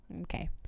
Okay